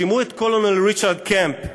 שמעו את קולונל ריצ'רד קאמפ,